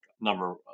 number